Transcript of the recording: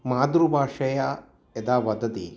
मातृभाषया यदा वदति